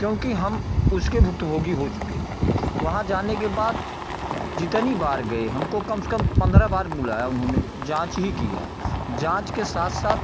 क्योंकि हम उसके भुक्त भोगी हो चुके हैं वहाँ जाने के बाद जितनी बार गए हमको कम से कम पंद्रह बार बुलाया उन्होंने जाँच ही किया जाँच के साथ साथ